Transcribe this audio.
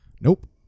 Nope